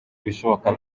ibishoboka